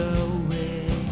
away